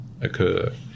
occur